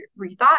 rethought